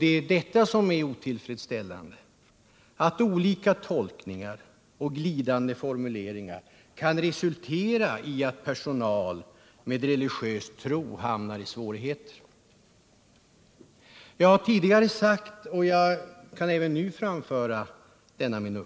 Det är detta som är otillfredsställande: att olika tolkningar och glidande formuleringar kan resultera i att personal med religiös tro råkar i svårigheter. Jag har tidigare framhållit, och kan säga det även nu: